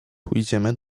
pójdziemy